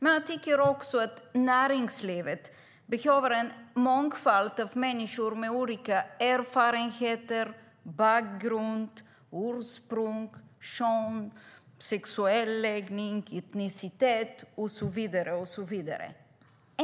Men jag tycker också att näringslivet behöver en mångfald av människor med olika erfarenheter, bakgrund, ursprung, kön, sexuell läggning, etnicitet och så vidare.